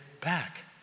back